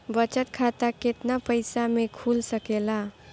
बचत खाता केतना पइसा मे खुल सकेला?